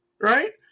right